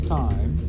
time